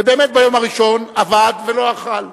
באמת, ביום הראשון עבד ולא אכל.